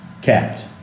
Cat